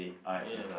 ya